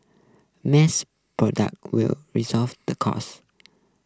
mass product will resolve the cost